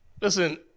listen